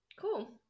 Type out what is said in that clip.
Cool